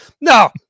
no